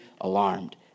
alarmed